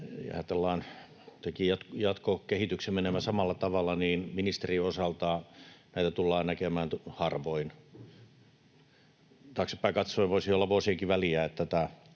jatkokehityksen menevän samalla tavalla, niin ministerin osalta näitä tullaan näkemään harvoin. Taaksepäin katsoen voisi olla vuosienkin väliä, että tätä